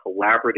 Collaborative